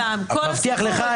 מבטיח לך,